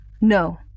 No